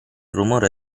rumore